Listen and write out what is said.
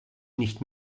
nicht